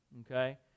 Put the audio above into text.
okay